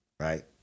Right